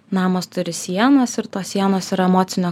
namas turi sienas ir tos sienos yra emocinė